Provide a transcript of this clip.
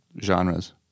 genres